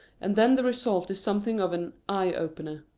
and then the result is something of an eye-opener.